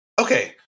okay